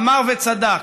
אמר וצדק.